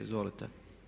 Izvolite.